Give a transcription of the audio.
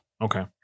Okay